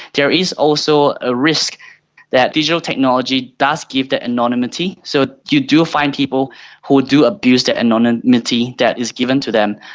there is also a risk that digital technology does give that anonymity. so you do find people who do abuse the and anonymity that is given to them.